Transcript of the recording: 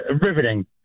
riveting